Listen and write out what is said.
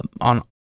on